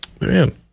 Man